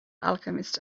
alchemist